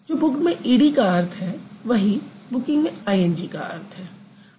जो बुक्ड में E D का अर्थ है वही बुकिंग में आईएनजी का अर्थ है